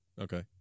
Okay